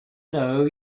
know